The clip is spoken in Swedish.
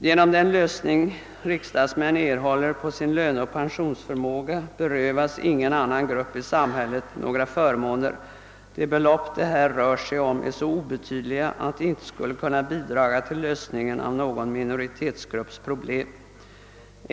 Genom den lösning riksdagsmännen får på sin löneoch pensionsfråga berövas ingen annan grupp i samhället några förmåner. De belopp det här rör sig om är så obetydliga, att de inte skulle kunna bidraga till att lösa problemen för någon minoritetsgrupp.